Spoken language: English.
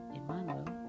Emmanuel